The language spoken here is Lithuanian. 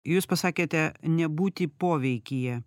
jūs pasakėte nebūti poveikyje